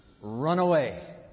runaway